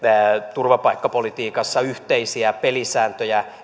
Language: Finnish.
turvapaikkapolitiikassa yhteisiä pelisääntöjä